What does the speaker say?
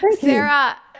Sarah